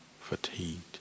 fatigued